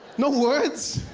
no words?